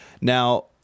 Now